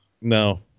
No